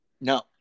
No